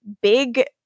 big